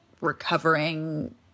recovering